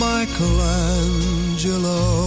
Michelangelo